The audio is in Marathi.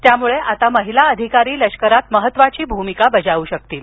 यामुळे आता महिला अधिकारी लष्करात महत्वाची भूमिका बजावू शकतील